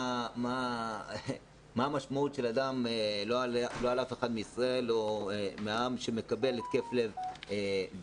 מה ההבדל בין אדם לא על אף אחד מישראל שמקבל התקף לב בתל